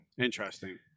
Interesting